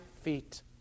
feet